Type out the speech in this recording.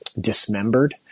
dismembered